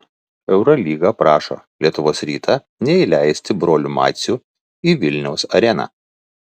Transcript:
eurolyga prašo lietuvos rytą neįleisti brolių macių į vilniaus areną